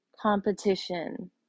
competition